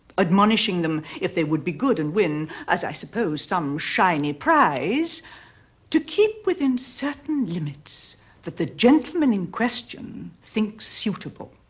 admonishing them if they would be good and win, as i suppose, some shiny prize to keep within certain limits that the gentleman in question thinks suitable.